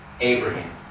Abraham